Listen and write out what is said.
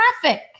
traffic